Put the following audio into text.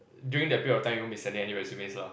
during that period of time you won't be sending any resumes lah